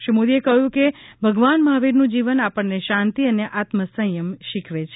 શ્રી મોદીએ કહ્યું છે કે ભગવાન મહાવીરનું જીવન આપણને શાંતિ અને આત્મસંયમ શીખવે છે